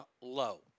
low